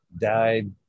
died